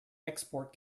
export